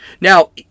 Now